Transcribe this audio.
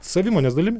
savimonės dalimi